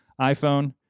iPhone